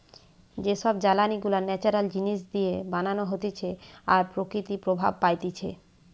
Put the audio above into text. যে সব জ্বালানি গুলা ন্যাচারাল জিনিস দিয়ে বানানো হতিছে আর প্রকৃতি প্রভাব পাইতিছে